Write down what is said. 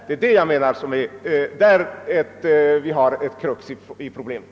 Det är kruxet i problemet.